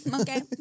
okay